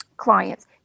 clients